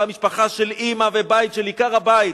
והמשפחה של אמא ובית של עיקר הבית,